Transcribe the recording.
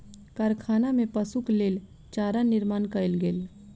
कारखाना में पशुक लेल चारा निर्माण कयल गेल